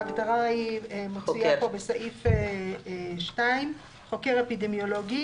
ההגדרה מופיעה כאן בסעיף 2: "חוקר אפידמיולוגי